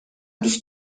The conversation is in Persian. دوست